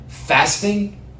Fasting